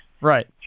right